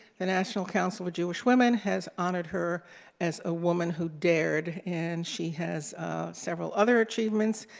the national council for jewish women has honored her as a woman who dared, and she has several other achievements,